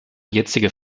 jetzigen